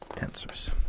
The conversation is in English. answers